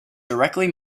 directly